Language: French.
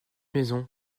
maison